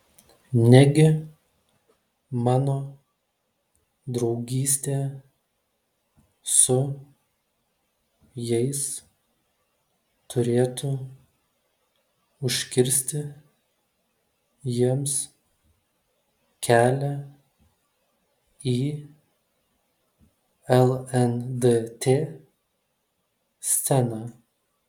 negi mano draugystė su jais turėtų užkirsti jiems kelią į lndt sceną